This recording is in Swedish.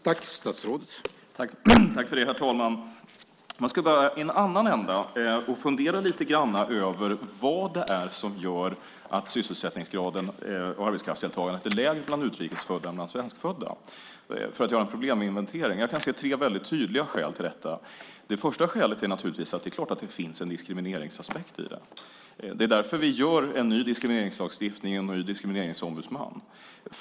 Herr talman! För att göra en probleminventering kan man börja i en annan ända och fundera lite grann över vad det är som gör att sysselsättningsgraden och arbetskraftsdeltagandet är lägre bland utrikesfödda än bland svenskfödda. Jag kan se tre tydliga skäl till detta. Det första skälet är att det naturligtvis finns en diskrimineringsaspekt. Det är därför vi gör en ny diskrimineringslagstiftning och inrättar en ny diskrimineringsombudsman.